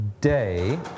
day